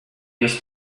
must